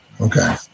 Okay